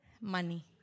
Money